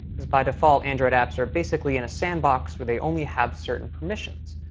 because by default android apps are basically in a sandbox where they only have certain permissions.